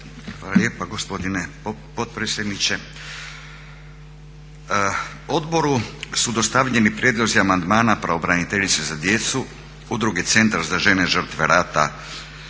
lijepa gospodine potpredsjedniče. Odboru su dostavljeni prijedlozi amandmana pravobraniteljice za djecu, Udruge Centar za žene žrtve rata